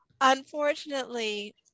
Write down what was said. unfortunately